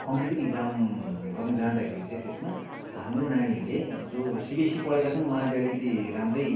competitive exam गर्नु जाँदाखेरि चाहिँ त्यसमा हाम्रो नानीहरूले जो सिबिएससी पढेका छन् उहाँहरूले अलिकति राम्रै